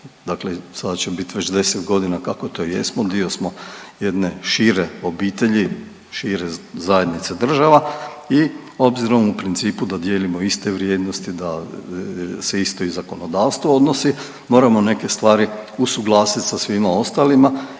dakle sada ćemo biti već 10.g. kako to jesmo, dio smo jedne šire obitelji, šire zajednice država i obzirom u principu da dijelimo iste vrijednosti i da se isto i zakonodavstvo odnosi, moramo neke stvari usuglasit sa svima ostalima